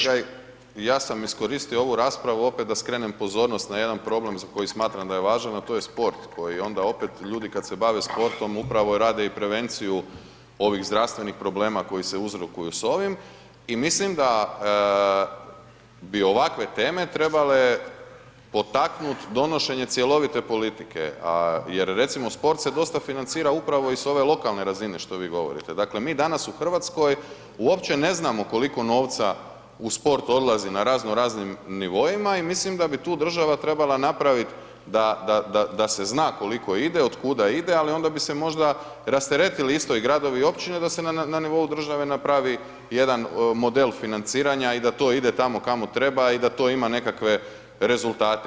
Kolega Vešligaj, ja sam iskoristio ovu raspravu opet da skrenem pozornost na jedan problem za koji smatram da je važan, a to je sport koji onda opet ljudi kad se bave sportom upravo rade i prevenciju ovih zdravstvenih problema koji se uzrokuju s ovim i mislim da bi ovakve teme trebale potaknut donošenje cjelovite politike a, jer recimo sport se dosta financira upravo iz ove lokalne razine što vi govorite, dakle mi danas u RH uopće ne znamo koliko novca u sport odlazi na razno raznim nivoima i mislim da bi tu država trebala napravit da, da, da, da se zna koliko ide, otkuda ide, ali onda bi se možda rasteretili isto i gradovi i općine da se na, na, na nivou države napravi jedan model financiranja i da to ide tamo kamo treba i da to ima nekakve rezultate.